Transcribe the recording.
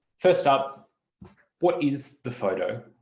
first up what is the photo?